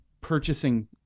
purchasing